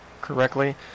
correctly